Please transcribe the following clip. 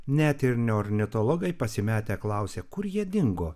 net ir ne ornitologai pasimetę klausia kur jie dingo